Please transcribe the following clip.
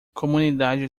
comunidade